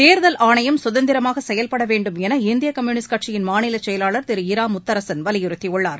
தேர்தல் ஆணையம் சுதந்திரமாக செயல்பட வேண்டும் என இந்திய கம்யூனிஸ்ட் கட்சியின் மாநிலச் செயலாளர் திரு இரா முத்தரசன் வலியுறுத்தியுள்ளார்